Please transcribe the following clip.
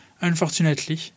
Unfortunately